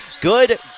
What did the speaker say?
Good